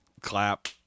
clap